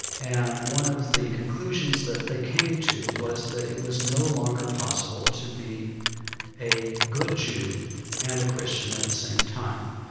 and one of the conclusions that they came to was that it was no longer possible to be a good jew and a christian at the same time.